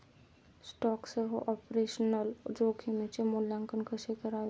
स्टॉकसह ऑपरेशनल जोखमीचे मूल्यांकन कसे करावे?